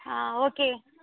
ஆ okay